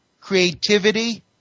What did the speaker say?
Creativity